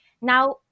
Now